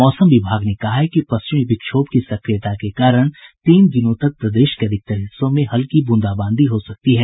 मौसम विभाग ने कहा है कि पश्चिमी विक्षोभ की सक्रियता के कारण तीन दिनों तक प्रदेश के अधिकतर हिस्सों में हल्की ब्रंदाबांदी हो सकती है